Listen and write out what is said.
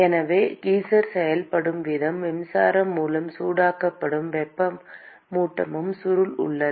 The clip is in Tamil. எனவே கீசர் செயல்படும் விதம் மின்சாரம் மூலம் சூடாக்கப்படும் வெப்பமூட்டும் சுருள் உள்ளது